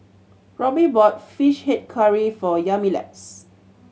Robby bought Fish Head Curry for Yamilex